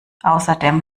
außerdem